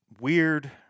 Weird